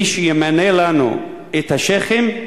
ואכן, מי שימנה לנו את השיח'ים,